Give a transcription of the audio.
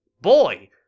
Boy